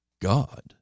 God